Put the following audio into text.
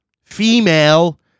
female